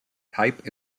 type